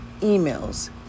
emails